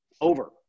over